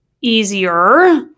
easier